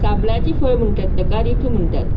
साबणाची फळ म्हणटात ताका रिठू म्हणटात